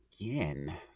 again